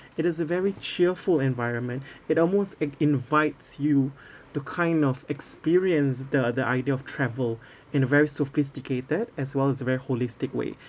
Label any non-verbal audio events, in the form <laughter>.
it is a very cheerful environment <breath> it almost it invites you <breath> to kind of experience the the idea of travel <breath> in a very sophisticated as well as a very holistic way